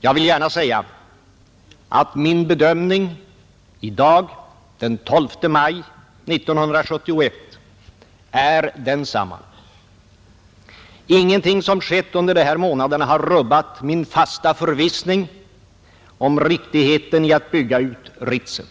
Jag vill gärna säga att min bedömning i dag, den 12 maj 1971, är densamma. Ingenting som skett under de här månaderna har rubbat min fasta förvissning om riktigheten i att bygga ut Ritsem.